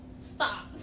stop